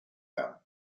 them